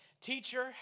Teacher